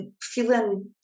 feeling